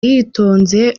yitonze